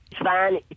fine